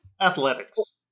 Athletics